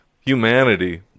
humanity